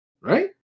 right